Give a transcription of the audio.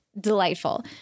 delightful